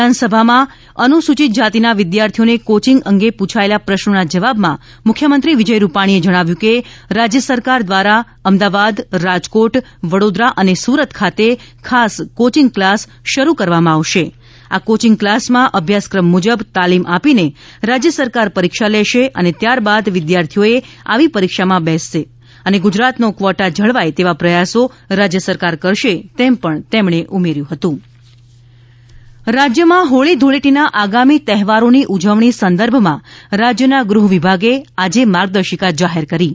વિધાનસભામાં અનુસૂચિત જાતિના વિદ્યાર્થીઓને કોચિંગ અંગે પૂછાયેલા પ્રશ્નના જવાબમાં મુખ્યમંત્રી વિજય રૂપાણીએ જણાવ્યું હતું કે રાજ્ય સરકાર દ્વારા અમદાવાદ રાજકોટ વડોદરા અને સુરત ખાતે ખાસ કોચિંગ ક્લાસ શરૂ કરવામાં આવશે આ કોચિંગ ક્લાસમાં અભ્યાસક્રમ મુજબ તાલીમ આપીને રાજ્ય સરકાર પરીક્ષા લેશે અને ત્યારબાદ વિદ્યાર્થીઓએ આવી પરીક્ષામાં બેસશે અને ગુજરાતનો કર્વોટા જળવાય એવા પ્રથાસો રાજ્ય સરકાર કરશે તેમણે ઉમેર્યું હતુ હીળી ધૂળેટી માર્ગદર્શિકા રાજ્યમાં હોળી ધુળેટીના આગામી તહેવારોની ઉજવણી સંદર્ભમાં રાજ્યના ગૃહ વિભાગે આજે માર્ગદર્શિકા જાહેર કરી છે